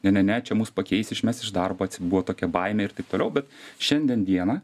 ne ne ne čia mus pakeis išmes iš darbo buvo tokia baimė ir taip toliau bet šiandien dieną